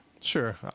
Sure